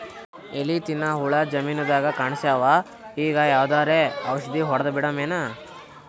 ಎಲಿ ತಿನ್ನ ಹುಳ ಜಮೀನದಾಗ ಕಾಣಸ್ಯಾವ, ಈಗ ಯಾವದರೆ ಔಷಧಿ ಹೋಡದಬಿಡಮೇನ?